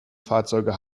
fahrzeuge